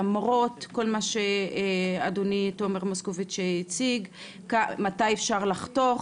למרות כל מה שאדון תומר מוסקוביץ' הציג לגבי מתי אפשר "לחתוך".